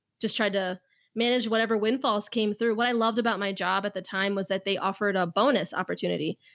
just tried to manage whatever wind falls came through. what i loved about my job at the time was that they offered a bonus opportunity.